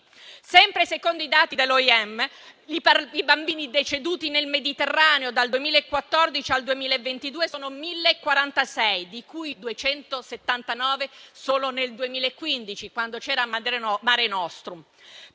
Sempre secondo i dati dell'OIM, i bambini deceduti nel Mediterraneo, dal 2014 al 2022, sono 1.046, di cui 279 solo nel 2015, quando c'era Mare nostrum.